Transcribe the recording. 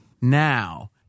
Now